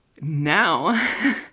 Now